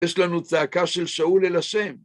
יש לנו צעקה של שאול אל השם.